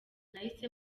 nahise